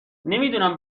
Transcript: نمیدونم